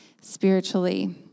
spiritually